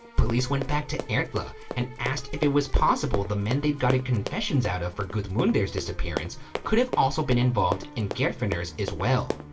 police went back to and erla and asked if it was possible the men they'd got confessions out of for gudmundur's disappearance could have also been involved in geirfinnur's as well.